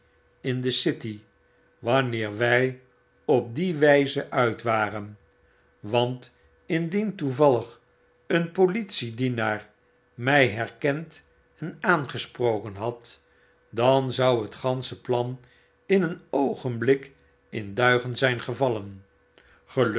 naar de politie inde city wanneer wy op die wyze uit waren want indien toevallig een politiedieuaar my herkend en aangesproken had dan zou het gansche plan in een oogenblik in duigen zyn gevallen gelukkig